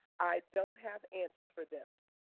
i don't have answers for them.